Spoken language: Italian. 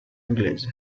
inglese